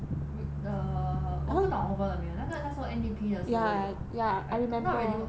with the 我不懂 over 了没有那个那时候 N_D_P 的时候有 like not really